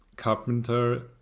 Carpenter